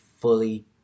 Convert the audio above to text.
fully